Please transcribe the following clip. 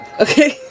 Okay